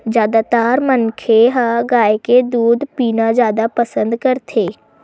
जादातर मनखे ह गाय के दूद पीना जादा पसंद करथे